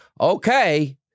okay